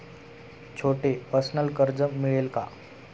छोटे पर्सनल कर्ज मिळेल का?